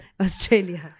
Australia